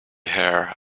her